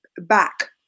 Back